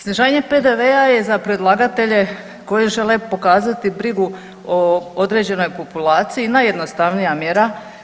Snižavanje PDV-a je za predlagatelje koji žele pokazati brigu o određenoj populaciji najjednostavnija mjera.